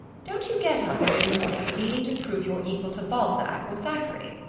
don't you get up every morning meaning to prove you're equal to balzac or thackeray?